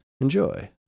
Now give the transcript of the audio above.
Enjoy